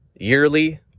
yearly